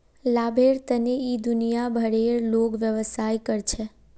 लाभेर तने इ दुनिया भरेर लोग व्यवसाय कर छेक